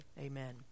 amen